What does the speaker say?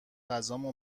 غذامو